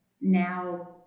now